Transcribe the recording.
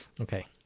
okay